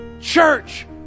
church